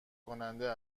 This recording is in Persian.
کننده